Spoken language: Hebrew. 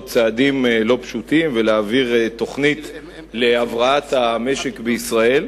צעדים לא פשוטים ולהעביר תוכנית להבראת המשק בישראל,